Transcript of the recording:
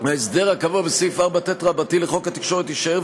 ההסדר הקבוע בסעיף 4ט לחוק התקשורת יישאר,